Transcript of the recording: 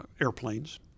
airplanes